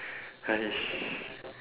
!hais!